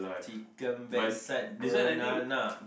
chicken back side banana